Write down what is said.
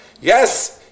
Yes